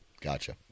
Gotcha